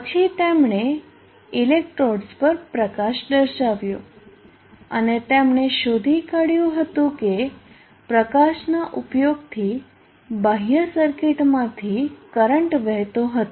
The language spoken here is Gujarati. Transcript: પછી તેમણે ઇલેક્ટ્રોડ્સ પર પ્રકાશ દર્શાવ્યો અને તેમણે શોધી કાઢ્યું હતું કે પ્રકાશના ઉપયોગથી બાહ્ય સર્કિટમાંથી કરંટ વહેતો હતો